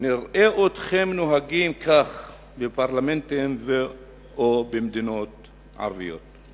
נראה אתכם נוהגים כך בפרלמנטים או במדינות ערביות.